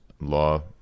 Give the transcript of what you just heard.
law